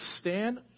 stand